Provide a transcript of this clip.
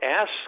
ask